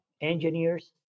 engineers